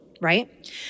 right